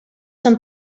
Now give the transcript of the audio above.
son